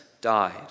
died